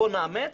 בוא נאמץ,